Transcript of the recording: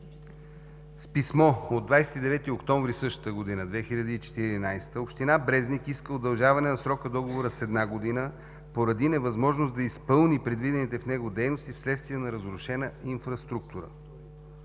С писмо от 29 октомври 2014 г. община Брезник иска удължаване на срока на договора с една година поради невъзможност да изпълни предвидените в него дейности вследствие на разрушена инфраструктура.